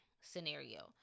scenario